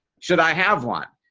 should i have one?